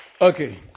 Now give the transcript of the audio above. Okay